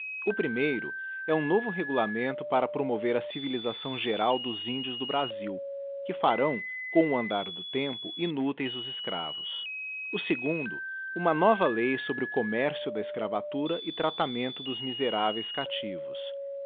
o primeiro é um novo regulamento para promover a civilisação geral dos índios do brasil que farão com o andar do tempo inúteis os escravos o segundo uma nova lei sobre o commercio da escravatura e tratamento dos miseráveis captivos